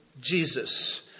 Jesus